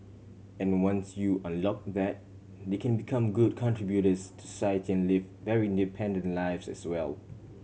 and once you unlock that they can become good contributors to society and live very independent lives as well